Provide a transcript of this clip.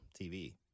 TV